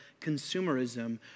consumerism